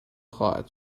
خواهد